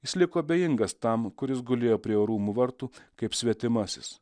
jis liko abejingas tam kuris gulėjo prie jo rūmų vartų kaip svetimasis